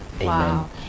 Amen